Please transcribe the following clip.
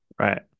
right